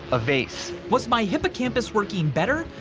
a vase. was my hippocampus working better?